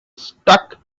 struck